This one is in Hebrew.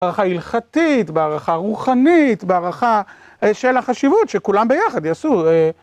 בהערכה הלכתית, בהערכה רוחנית, בהערכה של החשיבות שכולם ביחד יעשו